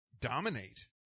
dominate